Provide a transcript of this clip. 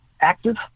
active